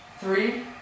three